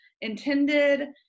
intended